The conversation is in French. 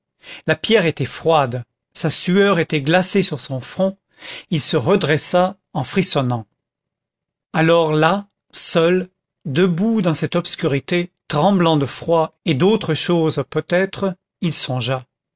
la pierre était froide sa sueur était glacée sur son front il se redressa en frissonnant alors là seul debout dans cette obscurité tremblant de froid et d'autre chose peut-être il songea